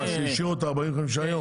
השאירו את ה-45 יום?